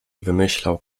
wymyślał